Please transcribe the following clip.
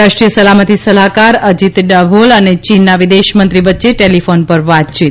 રાષ્ટ્રીય સલામતી સલાહકાર અજીત ડાભોલ અને ચીનના વિદેશ મંત્રી વચ્ચે ટેલીફોન ઉપર વાતચીત